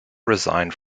resigned